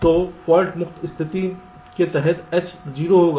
तोफाल्ट मुक्त स्थिति के तहत H 0 होगा